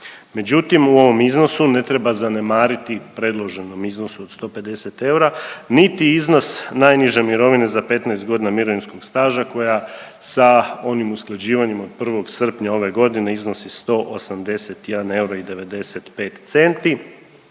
Međutim u ovom iznosu ne treba zanemariti, u predloženom iznosu od 150 eura niti iznos najniže mirovine za 15.g. mirovinskog staža koja sa onim usklađivanjem od 1. srpnja ove godine iznosi 181 eura